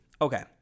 Okay